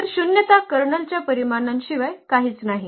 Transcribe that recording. तर शून्यता कर्नलच्या परिमाणांशिवाय काहीच नाही